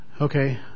Okay